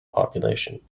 population